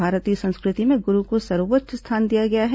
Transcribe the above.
भारतीय संस्कृति में गुरू को सर्वोच्च स्थान दिया गया है